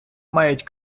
мають